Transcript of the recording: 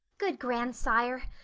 good grandsire,